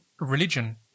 religion